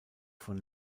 von